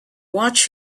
watch